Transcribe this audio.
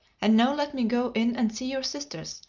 and now let me go in and see your sisters,